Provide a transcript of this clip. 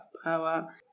power